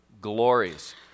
glories